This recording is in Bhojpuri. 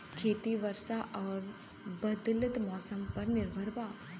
खेती वर्षा और बदलत मौसम पर निर्भर बा